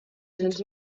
cents